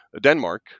Denmark